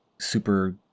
super